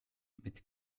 mit